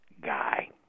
guy